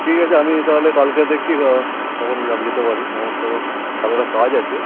ঠিক আছে আমি তাহলে কালকে দেখছি কখন যা আমি যেতে পারি আমার তো কালকে একটা কাজ আছে